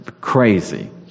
crazy